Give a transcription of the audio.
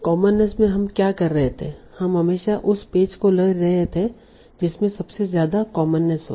commonness में हम क्या कर रहे थे हम हमेशा उस पेज को ले रहे थे जिसमें सबसे ज्यादा कॉमननेस हो